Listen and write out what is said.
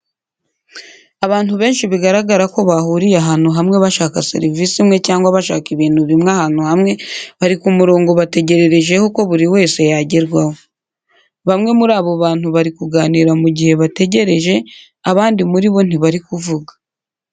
Abantu benshi bigaragara ko bahuriye ahantu hamwe bashaka serivisi imwe cyangwa bashaka ibintu bimwe ahantu hamwe, bari ku murongo bategererejeho ko buri wese yagerwaho. Bamwe muri abo bantu bari kuganira mu gihe bategereje, abandi muri bo ntibari kuvuga.